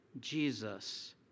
Jesus